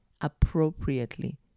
appropriately